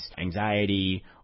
anxiety